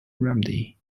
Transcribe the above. remedy